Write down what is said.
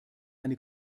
eine